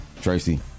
Tracy